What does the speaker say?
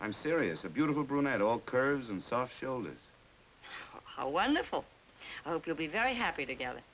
i'm serious a beautiful brunette all curves and soft shoulders how wonderful i hope you'll be very happy to get